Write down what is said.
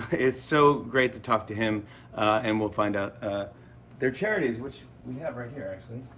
it's so great to talk to him and we'll find out their charities, which we have right here, actually.